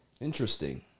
Interesting